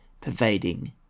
pervading